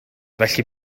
felly